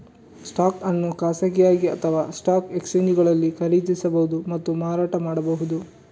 stock ಅನ್ನು ಖಾಸಗಿಯಾಗಿ ಅಥವಾಸ್ಟಾಕ್ ಎಕ್ಸ್ಚೇಂಜುಗಳಲ್ಲಿ ಖರೀದಿಸಬಹುದು ಮತ್ತು ಮಾರಾಟ ಮಾಡಬಹುದು